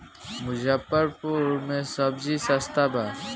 मुजफ्फरपुर में सबजी सस्ता बा